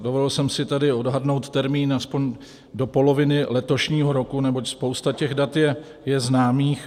Dovolil jsem si tady odhadnout termín aspoň do poloviny letošního roku, neboť spousta těch dat je známých.